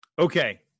Okay